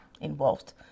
involved